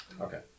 Okay